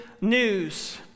news